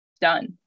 done